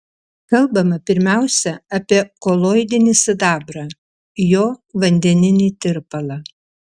kalbama pirmiausia apie koloidinį sidabrą jo vandeninį tirpalą